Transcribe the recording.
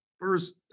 first